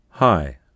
Hi